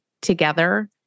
together